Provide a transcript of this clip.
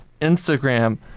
Instagram